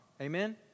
Amen